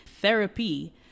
Therapy